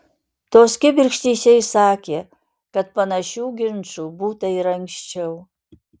tos kibirkštys jai sakė kad panašių ginčų būta ir anksčiau